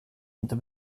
inte